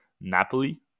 Napoli